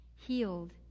healed